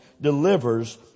delivers